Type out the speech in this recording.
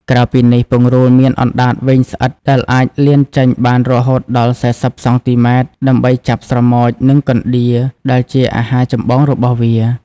ក្រៅពីនេះ ពង្រូលមាន អណ្ដាតវែងស្អិត ដែលអាចលានចេញបានរហូតដល់ ៤០ សង់ទីម៉ែត្រ ដើម្បីចាប់ស្រមោច និងកណ្ដៀរ ដែលជាអាហារចម្បងរបស់វា។